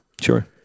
Sure